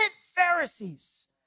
Pharisees